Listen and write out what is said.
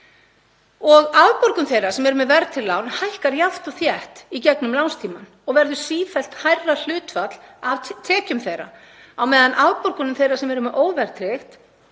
Afborgun þeirra sem eru með verðtryggð lán hækkar jafnt og þétt í gegnum lánstímann og verður sífellt hærra hlutfall af tekjum þeirra á meðan afborganir þeirra sem eru með óverðtryggt